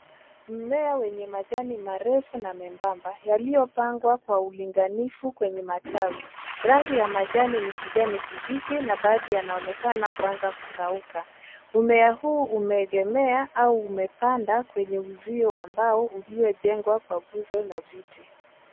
Mmea wenye majani marefu na membamba yaliyopangwa kwa ulinganifu kwenye matawi. Rangi ya majani ni kibichi na baadhi yanaonekana kuanza kukauka. Mmea huu umeegemea au umepanda kwenye uzio wa mbao uliojengwa kwa nguzo na viti.